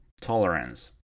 tolerance